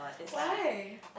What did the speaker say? why